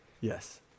Yes